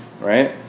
Right